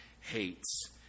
hates